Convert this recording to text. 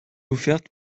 offerte